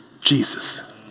Jesus